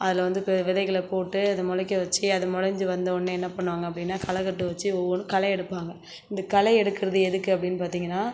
அதில் வந்து ப விதைகளை போட்டு அது முளைக்க வச்சு அது முளைஞ்சி வந்தோன்னே என்ன பண்ணுவாங்க அப்படின்னா களக்கட்டு வச்சு ஒவ்வொன்று களை எடுப்பாங்க இந்த களை எடுக்கிறது எதுக்கு அப்படின் பார்த்தீங்கனா